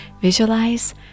visualize